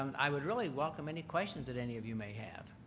um i would really welcome any questions that any of you may have.